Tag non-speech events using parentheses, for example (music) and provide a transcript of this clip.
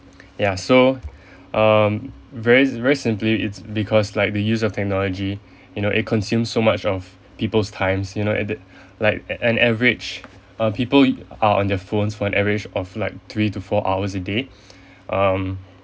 (noise) yeah so (breath) um very very simply it's because like the use of technology (breath) you know it consumes so much of people's time you know (noise) like an average uh people are on their phones for an average of like three to four hours a day (breath) um